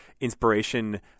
inspiration